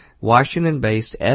Washington-based